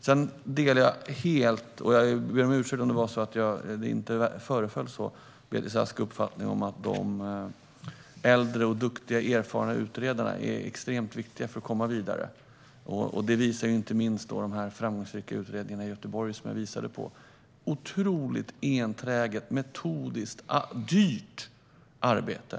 Sedan delar jag helt - och jag ber om ursäkt om det föreföll som att jag inte gör det - Beatrice Asks uppfattning om att de äldre och duktiga erfarna utredarna är extremt viktiga för att komma vidare. Det visar inte minst de framgångsrika utredningarna i Göteborg som jag visade på - otroligt enträget, metodiskt och dyrt arbete.